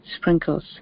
sprinkles